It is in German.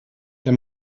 der